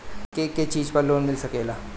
के के चीज पर लोन मिल सकेला?